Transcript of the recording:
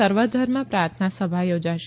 સર્વધર્મ પ્રાર્થના સભા યોજાશે